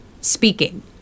speaking